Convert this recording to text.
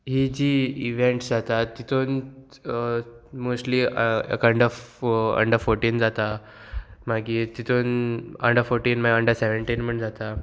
ही जी इवेंट्स जाता तितून mostly under four under fourteen जाता मागीर तितून अंडर फोर्टीन मागीर अंडर सेवेंटीन म्हण जाता